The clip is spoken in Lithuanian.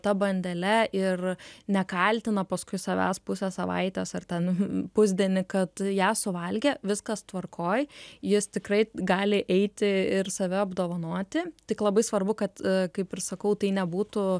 ta bandele ir nekaltina paskui savęs pusė savaitės ar ten pusdienį kad ją suvalgė viskas tvarkoj jis tikrai gali eiti ir save apdovanoti tik labai svarbu kad kaip ir sakau tai nebūtų